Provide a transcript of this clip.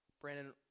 brandon